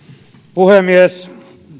puhemies